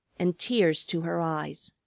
and tears to her eyes.